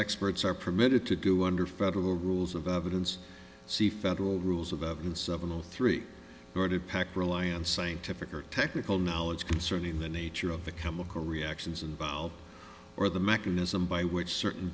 experts are permitted to do under federal rules of evidence c federal rules of evidence seven zero three thirty pack reliance scientific or technical knowledge concerning the nature of the chemical reactions involved or the mechanism by which certain